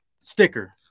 Sticker